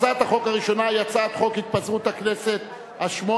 הצעת החוק הראשונה היא הצעת חוק התפזרות הכנסת השמונה-עשרה,